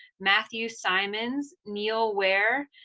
matthew symonds neil weijer,